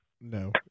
No